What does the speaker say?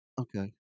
Okay